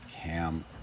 Cam